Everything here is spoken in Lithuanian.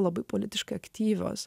labai politiškai aktyvios